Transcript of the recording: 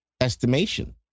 estimation